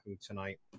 tonight